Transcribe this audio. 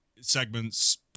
segments